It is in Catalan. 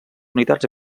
unitats